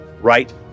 right